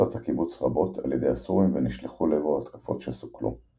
הופצץ הקיבוץ רבות על ידי הסורים ונשלחו לעברו התקפות שסוכלו.